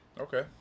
Okay